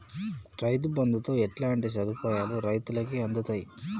రైతు బంధుతో ఎట్లాంటి సదుపాయాలు రైతులకి అందుతయి?